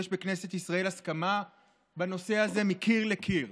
ויש בכנסת ישראל הסכמה בנושא הזה מקיר לקיר.